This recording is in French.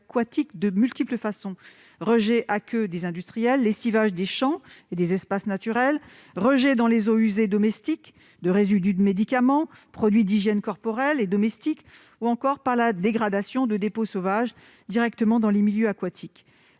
de multiples façons : rejets aqueux des industriels, lessivage des champs et des espaces naturels, rejets dans les eaux usées domestiques de résidus de médicaments et produits d'hygiène corporelle et domestique ou encore dégradation de dépôts sauvages directement dans les milieux aquatiques.